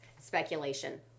speculation